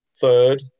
third